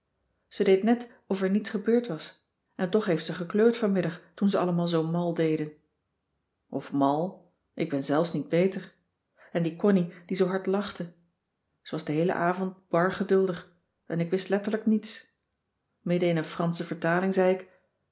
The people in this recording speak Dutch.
ze deed net of er niets gebeurd was en toch heeft ze gekleurd vanmiddag toen ze allemaal zoo mal deden of mal ik ben zelfs niets beter en die connie die zoo hard lachte ze was den heelen avond bar geduldig en ik wist letterlijk niets middenin een fransche vertaling zei ik